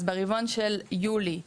אז ברבעון של יולי האחרון,